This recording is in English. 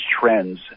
trends